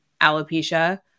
alopecia